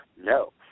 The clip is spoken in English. No